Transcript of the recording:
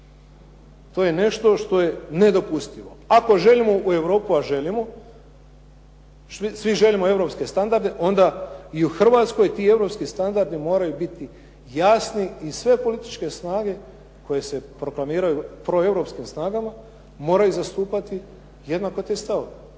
To je nešto što je nedopustivo ako želimo u Europu, a želimo. Svi želimo europske standarde onda i u Hrvatskoj ti europski standardi moraju biti jasni i sve političke snage koje se proklamiraju proeuropskim snagama moraju zastupati jednako te stavove.